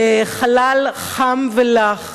בחלל חם ולח,